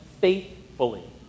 faithfully